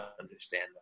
understand